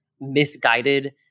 misguided